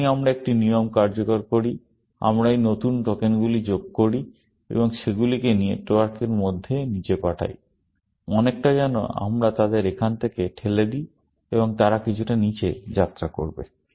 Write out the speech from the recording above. যখনই আমরা একটি নিয়ম কার্যকর করি আমরা এই নতুন টোকেনগুলি যোগ করি এবং সেগুলিকে নেটওয়ার্কের মধ্যে নিচে পাঠাই অনেকটা যেন আমরা তাদের এখান থেকে ঠেলে দিই এবং তারা কিছুটা নিচে যাত্রা করবে